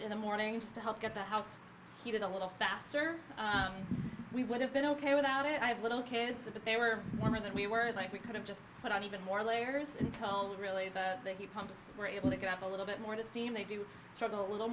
in the morning to help get the house he did a little faster we would have been ok without it i have little kids but they were warmer than we were like we could have just put on even more layers until really the pumps were able to get up a little bit more to steam they do struggle a little